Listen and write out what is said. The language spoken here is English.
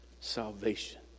salvation